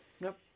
Nope